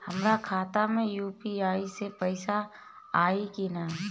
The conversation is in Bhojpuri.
हमारा खाता मे यू.पी.आई से पईसा आई कि ना?